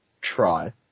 try